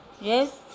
Yes